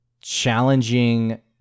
challenging